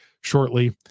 shortly